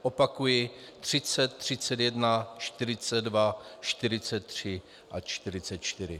Opakuji: 30, 31, 42, 43 A 44.